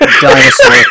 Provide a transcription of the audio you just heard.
dinosaur